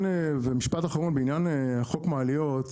ומשפט אחרון בעניין חוק מעליות,